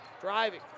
driving